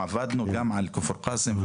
עבדנו גם על כפר קאסם,